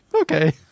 okay